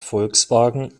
volkswagen